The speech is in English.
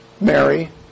Mary